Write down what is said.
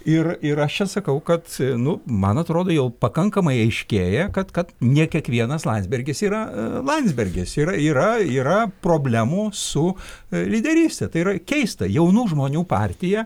ir ir aš čia sakau kad nu man atrodo jau pakankamai aiškėja kad kad ne kiekvienas landsbergis yra landsbergis yra yra yra problemų su lyderyste tai yra keista jaunų žmonių partija